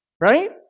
right